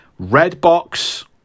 Redbox